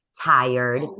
tired